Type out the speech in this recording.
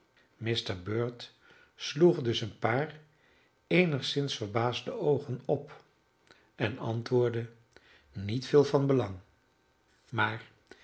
mr bird sloeg dus een paar eenigszins verbaasde oogen op en antwoordde niet veel van belang maar